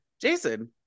Jason